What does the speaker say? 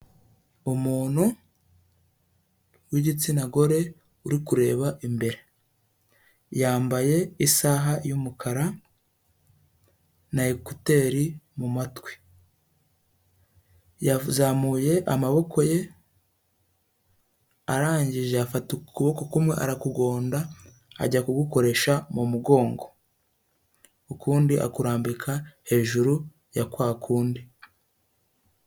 Umuntu w'igitsina gore, uri kureba imbere, yambaye isaha y'umukara, na ekuteri mu matwi, yazamuye amaboko ye, arangije afata ukuboko kumwe arakugonda, ajya kugukoresha mu mugongo, ukundi akurambika hejuru ya kwa kundi.